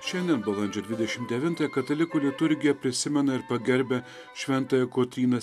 šiandien balandžio dvidešim devintąją katalikų liturgija prisimena ir pagerbia šventąją kotryną